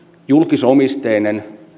julkisomisteiset